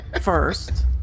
first